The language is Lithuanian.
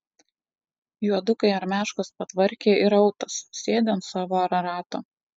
juodukai armiaškos patvarkė ir autas sėdi ant savo ararato